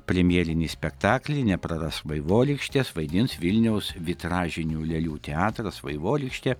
premjerinį spektaklį neprarask vaivorykštės vaidins vilniaus vitražinių lėlių teatras vaivorykštė